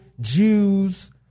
Jews